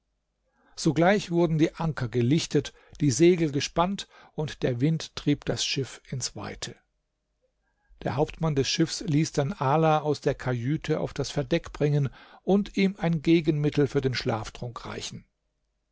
sogleich wurden die anker gelichtet die segel gespannt und der wind trieb das schiff ins weite der hauptmann des schiffs ließ dann ala aus der kajüte auf das verdeck bringen und ihm ein gegenmittel für den schlaftrunk reichen